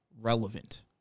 relevant